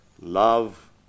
Love